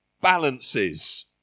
balances